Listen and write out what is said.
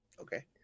okay